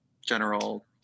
general